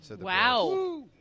Wow